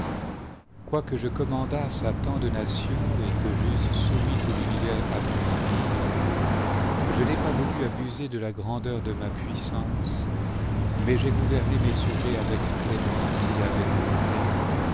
quoique je commandasse à tant de nations et que j'eusse soumis tout l'univers à mon empire je n'ai pas voulu abuser de la grandeur de ma puissance mais j'ai gouverné mes sujets avec clémence et avec bonté